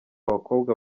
abakobwa